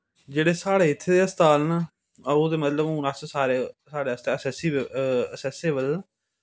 जेह्ड़े साढ़े इत्थें दे हस्पताल न हून ते मतलव अस सारे साढ़ै आस्तै आसैस्सएवल न